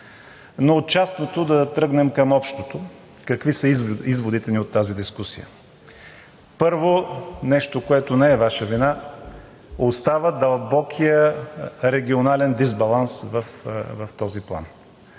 Но от частното да тръгнем към общото. Какви са изводите ни от тази дискусия? Първо, нещо, което не е Ваша вина, остава дълбокият регионален дисбаланс в този план.